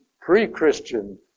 pre-Christian